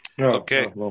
Okay